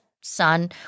son